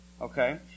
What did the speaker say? Okay